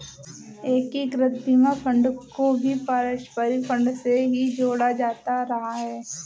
एकीकृत बीमा फंड को भी पारस्परिक फंड से ही जोड़ा जाता रहा है